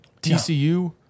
TCU